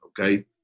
okay